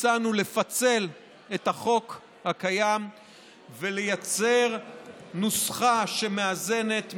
הצענו לפצל את החוק הקיים ולייצר נוסחה מאזנת: